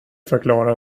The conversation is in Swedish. förklara